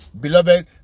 Beloved